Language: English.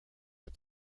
but